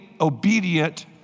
obedient